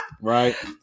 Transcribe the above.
Right